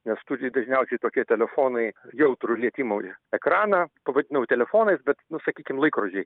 nes turi dažniausiai tokie telefonai jautrų lietimui ekraną pavadinau telefonais bet nu sakykim laikrodžiai